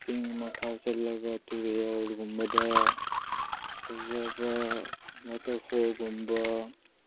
ꯆꯤꯡ ꯃꯄꯥꯟ ꯆꯠꯂꯒ ꯇꯧꯔꯦꯜꯒꯨꯝꯕꯗ ꯐꯖꯕ ꯋꯥꯇꯔꯐꯣꯜꯒꯨꯝꯕ